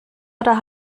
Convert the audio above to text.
oder